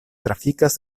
trafikas